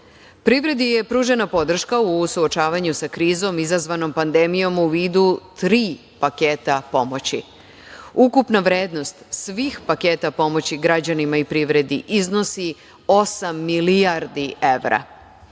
godine. Privredi je pružena podrška u suočavanju sa krizom izazvanom pandemijom u vidu tri paketa pomoći. Ukupna vrednost svih paketa pomoći građanima i privredi iznosi osam milijardi evra.S